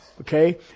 Okay